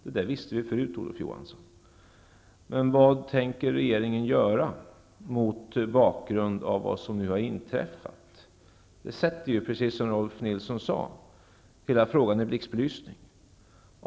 Det där visste vi förut, Olof Johansson. Vad tänker regeringen göra mot bakgrund av vad som nu har inträffat? Det som nu har inträffat sätter ju, precis som Rolf L Nilson sade, hela frågan i blixtbelysning.